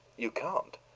you can't.